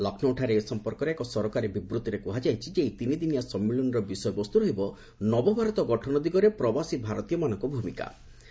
ଲକ୍ଷ୍ନୌଠାରେ ଏ ସଂପର୍କରେ ଏକ ସରକାରୀ ବିବୃଭିରେ କୁହାଯାଇଛି ଯେ ଏହି ତିନିଦିନିଆ ସମ୍ମିଳନୀର ବିଷୟବସ୍ତୁ ରହିବ 'ନବ ଭାରତ ଗଠନ ଦିଗରେ ପ୍ରବାସୀ ଭାରତୀୟମାନଙ୍କ ଭୂମିକା'